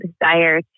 desire